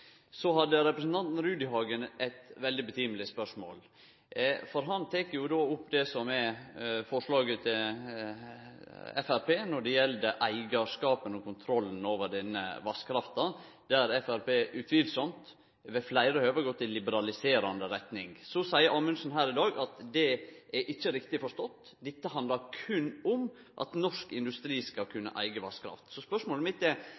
Representanten Rudihagen stilte så eit veldig passande spørsmål. Han tek opp det som gjeld eigarskapen og kontrollen over vasskrafta i forslaget frå Framstegspartiet, der dei ved fleire høve har gått i liberaliserande retning. Amundsen seier her i dag at det ikkje er rett forstått. Dette handlar berre om at norsk industri skal kunne eige vasskraft. Spørsmålet mitt er: